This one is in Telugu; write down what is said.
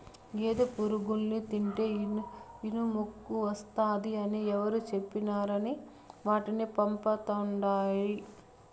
గేదె పురుగుల్ని తింటే ఇనుమెక్కువస్తాది అని ఎవరు చెప్పినారని వాటిని చంపతండాడు